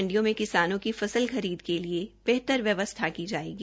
मंडियों में किसानों की फसल खरीद के लिए बेहतर व्यवस्था व्यवस्था की जाएगी